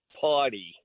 Party